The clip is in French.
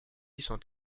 sont